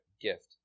gift